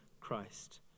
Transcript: Christ